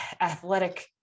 athletic